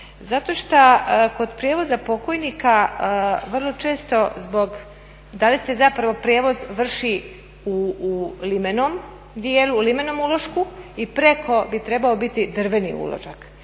Zato šta kod prijevoza pokojnika vrlo često zbog, da li se zapravo prijevoz vrši u limenom dijelu, u limenom ulošku i preko bi trebao biti drveni uložak,